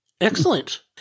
Excellent